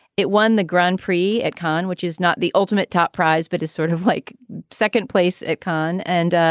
it won the grand prix at cannes, which is not the ultimate top prize, but is sort of like second place at cannes. and.